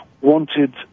wanted